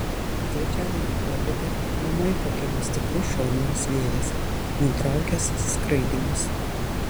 trečiadienio popietę ūmai pakilo stiprus šoninis vėjas nutraukęs skraidymus